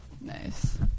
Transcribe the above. Nice